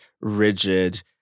rigid